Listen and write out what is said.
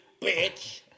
bitch